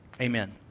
amen